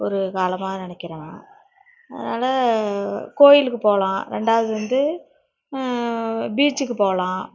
ஒரு காலமாக நினைக்கிறேன் நான் அதனால் கோயிலுக்குப் போகலாம் ரெண்டாவது வந்து பீச்சுக்குப் போகலாம்